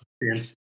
Yes